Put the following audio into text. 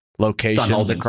locations